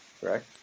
correct